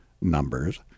numbers